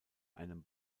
einem